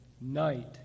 night